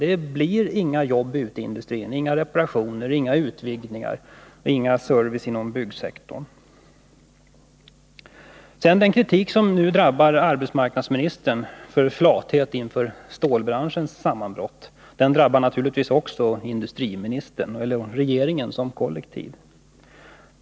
Det blir inga jobb ute i industrin — inga reparationer, inga utvidgningar och ingen service inom byggsektorn. Den kritik för flathet inför stålbranschens sammanbrott som nu drabbar arbetsmarknadsministern drabbar naturligtvis också industriministern och regeringen som kollektiv.